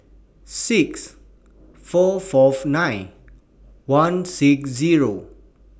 six four Fourth nine one six Zero